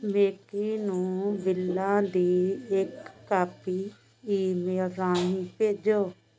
ਮੇਕੀ ਨੂੰ ਬਿੱਲਾਂ ਦੀ ਇੱਕ ਕਾਪੀ ਈਮੇਲ ਰਾਹੀਂ ਭੇਜੋ